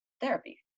therapy